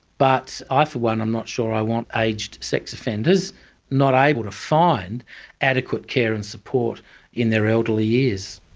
but i for one am not sure that i want aged sex offenders not able to find adequate care and support in their elderly years.